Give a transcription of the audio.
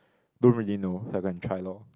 don't really know so I go and try lor